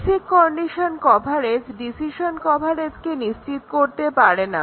basic condition coverage decision কভারেজকে নিশ্চিত করতে পারেনা